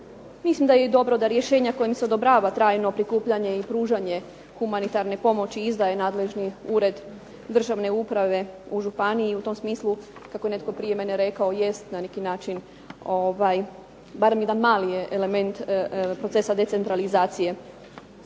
Mislim da je dobro da rješenja kojim se odobrava trajno prikupljanje i pružanje humanitarne pomoći izdaje nadležni ured državne uprave u županiji. I u tom smislu kako je rekao netko prije mene jest na neki način bar jedan mali element procesa decentralizacije.